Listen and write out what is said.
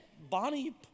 bonnie